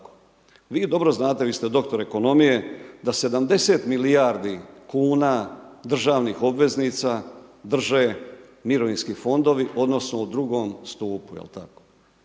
vi dobro znate vi ste doktor ekonomije da 70 milijardi kuna državnih obveznica drže mirovinski fondovi odnosno u drugom stupu jel tako,